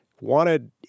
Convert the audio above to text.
wanted